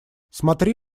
смотри